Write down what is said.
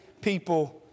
people